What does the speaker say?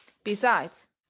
besides,